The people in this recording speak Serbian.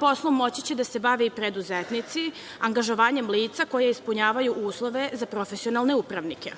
poslom moći će da se bave i preduzetnici, angažovanjem lica koja ispunjavaju uslove za profesionalne upravnike.